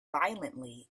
violently